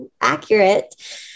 accurate